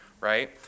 right